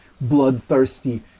bloodthirsty